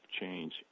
change